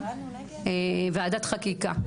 ועדת חקיקה,